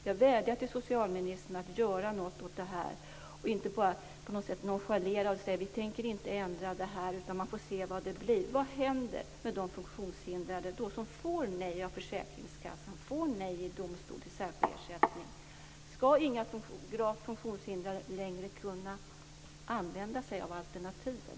Jag vädjar till socialministern att göra något åt det här, inte bara nonchalera det och säga att regeringen inte tänker ändra det här utan får se vad det blir. Vad händer då med de funktionshindrade som av försäkringskassan och i domstol får nej till särskild ersättning? Skall de gravt funktionshindrade inte längre få använda sig av alternativen?